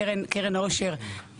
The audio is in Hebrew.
מקרן העושר,